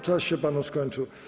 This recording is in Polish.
Czas się panu skończył.